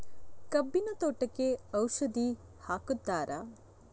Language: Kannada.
ಕಬ್ಬಿನ ತೋಟಕ್ಕೆ ಔಷಧಿ ಹಾಕುತ್ತಾರಾ?